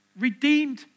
Redeemed